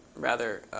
rather,